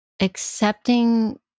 accepting